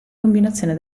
combinazione